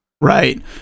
Right